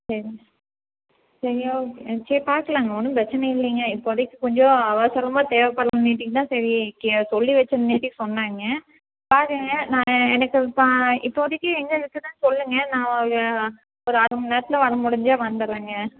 சரி சரி ஓகே சரி பார்க்கலாங்க ஒன்றும் பிரச்சனை இல்லைங்க இப்போதைக்கு கொஞ்சம் அவசரமாக தேவைப்பட்ற மீட்டிங் தான் சரி கே சொல்லி வச்சங்காட்டி சொன்னாய்ங்க பாருங்கள் நான் எனக்கு இப்போ இப்போதிக்கு எங்கே இருக்குதுன்னு சொல்லுங்கள் நான் ஒரு ஒரு அரை மணிநேரத்துல வர முடிஞ்சா வந்துடுறேங்க